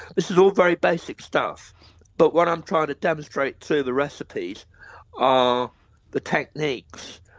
this is all very basic stuff but what i'm trying to demonstrate to the recipes are the techniques.